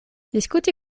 diskuti